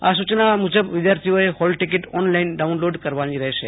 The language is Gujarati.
આ સુચના મુજબ વિધાર્થિઓએ હોલ ટિક્રોટ ઓનલાઈન ડાઉનલોડ કરવાની રહેશે